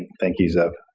thank you, zev.